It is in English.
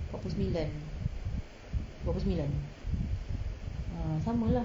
empat puluh sembilan empat puluh sembilan ah sama lah